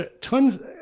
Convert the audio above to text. tons